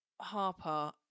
Harper